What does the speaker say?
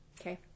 Okay